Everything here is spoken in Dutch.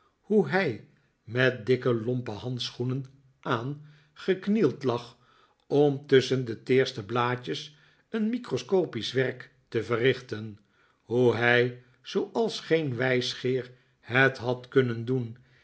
hoe hij met dikke lompe handschoenen aan geknield lag om tusschen de teerste blaadjes een microscopisch werk te verrichten hoe hii zooals geen wijsgeer het had kunnen doen